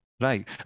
Right